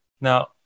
Now